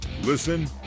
Listen